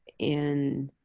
in